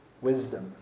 Wisdom